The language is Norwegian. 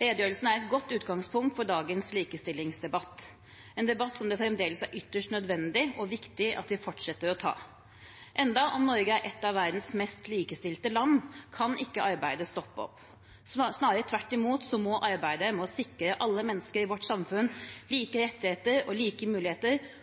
Redegjørelsen er et godt utgangspunkt for dagens likestillingsdebatt, en debatt som det fremdeles er ytterst nødvendig og viktig at vi fortsetter å ta. Selv om Norge er et av verdens mest likestilte land, kan ikke arbeidet stoppe opp – snarere tvert imot må arbeidet med å sikre alle mennesker i vårt samfunn like rettigheter og like muligheter